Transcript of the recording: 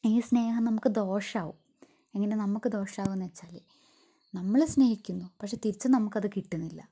ഈ സ്നേഹം നമുക്ക് ദോഷമാവും എങ്ങനെ നമുക്ക് ദോഷമാവും എന്നു വച്ചാൽ നമ്മൾ സ്നേഹിക്കുന്നു പക്ഷെ തിരിച്ച് നമുക്ക് അത് കിട്ടുന്നില്ല